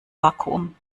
vakuum